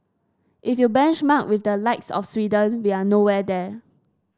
if you benchmark with the likes of Sweden we're nowhere there